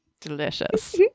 Delicious